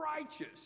righteous